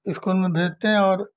school में भेजते हैं और